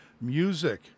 music